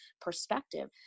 perspective